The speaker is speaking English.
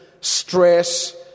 stress